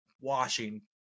washing